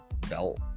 belt